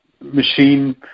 machine